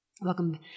welcome